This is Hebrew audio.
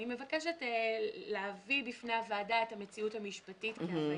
אני מבקשת להביא בפני הוועדה את המציאות המשפטית כהווייתה.